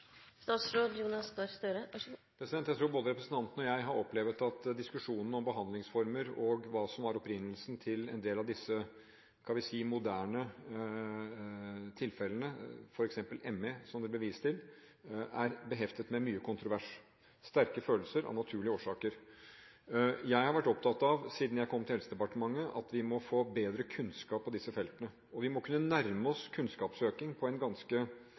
Jeg tror både representanten og jeg har opplevd at diskusjonen om behandlingsformer og hva som var opprinnelsen til en del av disse – skal vi si – moderne tilfellene, f.eks. ME, som det ble vist til, er beheftet med mye kontrovers, sterke følelser av naturlige årsaker. Jeg har vært opptatt av siden jeg kom til Helsedepartementet, at vi må få bedre kunnskap på disse feltene, og vi må kunne nærme oss kunnskapssøken med senkede skuldre og med åpne øyne. En